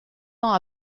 ans